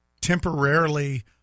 temporarily